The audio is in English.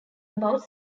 about